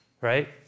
right